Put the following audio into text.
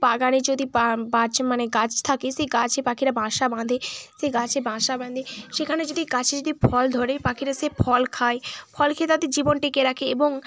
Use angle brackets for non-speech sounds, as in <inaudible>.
বাগানে যদি <unintelligible> মানে গাছ থাকে সেই গাছে পাখিরা বাসা বাঁধে সেই গাছে বাসা বাঁধে সেখানে যদি গাছে যদি ফল ধরে পাখিরা সেই ফল খায় ফল খেয়ে তাদের জীবন টিকিয়ে রাখে এবং